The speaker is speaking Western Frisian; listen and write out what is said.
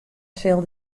sil